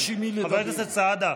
חבר הכנסת סעדה,